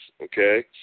okay